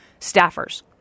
staffers